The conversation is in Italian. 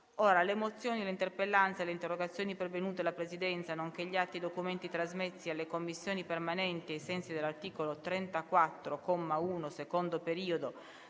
Le mozioni, le interpellanze e le interrogazioni pervenute alla Presidenza, nonché gli atti e i documenti trasmessi alle Commissioni permanenti ai sensi dell'articolo 34, comma 1, secondo periodo,